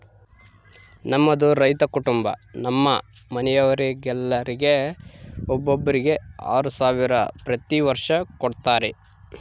ನಮ್ಮದು ರೈತ ಕುಟುಂಬ ನಮ್ಮ ಮನೆಯವರೆಲ್ಲರಿಗೆ ಒಬ್ಬರಿಗೆ ಆರು ಸಾವಿರ ಪ್ರತಿ ವರ್ಷ ಕೊಡತ್ತಾರೆ